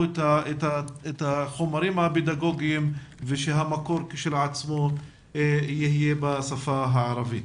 את החומרים הפדגוגיים ושהמקור כשלעצמו יהיה בשפה הערבית.